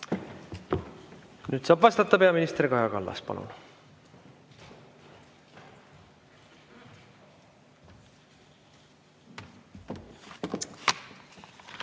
Nüüd saab vastata peaminister Kaja Kallas. Palun!